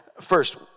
First